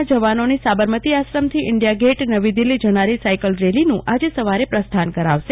ના જવાનોની સાબરમતી આશ્રમથી ઇન્ડિયાગેટ નવી દિલ્ફી જનારી સાયકલ રેલીનું આજે સવારે પ્રસ્થાન કરાવશે